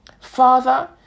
Father